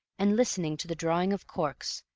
and listening to the drawing of corks,